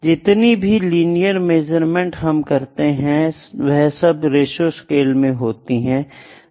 जितनी भी linear measurement हम करते हैं वह सब रेशों स्केल में होती हैं